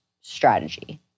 strategy